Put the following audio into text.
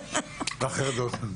ובעיקר לא מאוגדות.